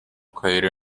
crater